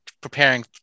preparing